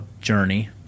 journey